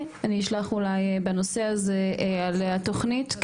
אני אשלח אולי בנושא הזה, על התוכנית.